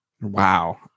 Wow